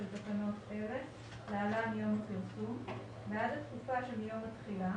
תקנות אלה (להלן יום הפרסום) בעד התקופה שמיום התחילה